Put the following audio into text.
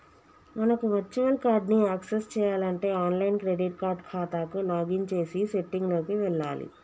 మనకు virtual card ని access చేయాలంటే ఆన్లైన్ క్రెడిట్ కార్డ్ ఖాతాకు లాగిన్ చేసి సెట్టింగ్ లోకి వెళ్లాలి